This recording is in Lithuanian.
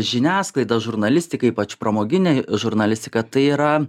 žiniasklaida žurnalistika ypač pramoginė žurnalistika tai yra